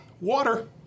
water